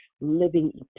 living